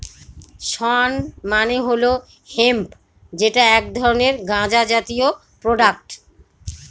শণ মানে হল হেম্প যেটা এক ধরনের গাঁজা জাতীয় প্রোডাক্ট